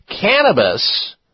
cannabis